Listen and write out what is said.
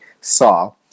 saw